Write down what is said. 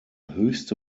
höchste